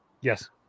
Yes